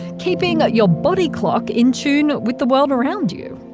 keeping your body clock in tune with the world around you.